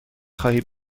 خواهی